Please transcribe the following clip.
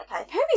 Okay